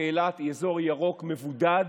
כי אילת היא אזור ירוק מבודד.